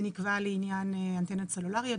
זה נקבע לענין אנטנות סלולריות,